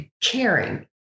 caring